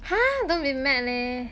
!huh! don't be mad leh